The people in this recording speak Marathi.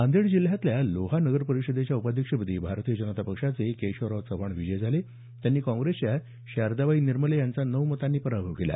नांदेड जिल्ह्यातल्या लोहा नगर परिषदेच्या उपाध्यक्षपदी भारतीय जनता पक्षाचे केशवराव चव्हाण विजयी झाले त्यांनी काँग्रेसच्या शारदाबाई निर्मले यांचा नऊ मतांनी पराभव केला